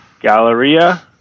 Galleria